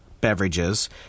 beverages